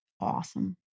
awesome